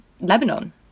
Lebanon